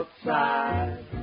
outside